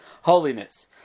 holiness